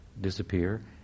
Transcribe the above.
disappear